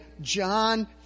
John